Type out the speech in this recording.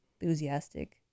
enthusiastic